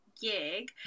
gig